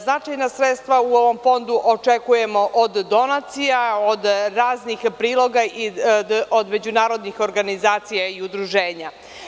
Značajna sredstva u ovom fondu očekujemo od donacija, od raznih priloga, od međunarodnih organizacija i udruženja.